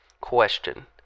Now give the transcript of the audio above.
Question